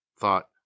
thought